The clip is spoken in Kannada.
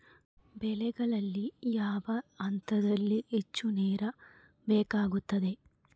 ಬೆಳೆಗಳಿಗೆ ಯಾವ ಹಂತದಲ್ಲಿ ಹೆಚ್ಚು ನೇರು ಬೇಕಾಗುತ್ತದೆ?